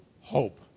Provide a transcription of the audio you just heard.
hope